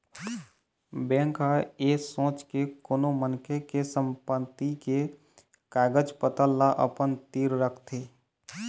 bank ह ऐ सोच के कोनो मनखे के संपत्ति के कागज पतर ल अपन तीर रखथे